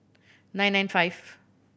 nine nine five